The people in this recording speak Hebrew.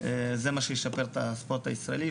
שזה מה שישפר את הספורט הישראלי,